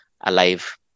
alive